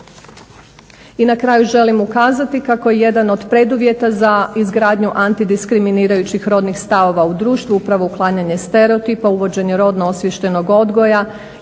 I na kraju želim ukazati kako jedan od preduvjeta za izgradnju antidiskriminirajućih rodnih stavova u društvu upravo uklanjanje stereotipa, uvođenje rodno osviještenog odgoja